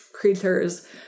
creatures